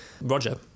Roger